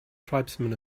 tribesmen